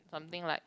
something like